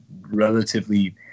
relatively